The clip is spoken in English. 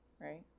right